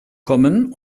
kommen